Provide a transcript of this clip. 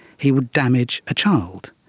he would damage a child.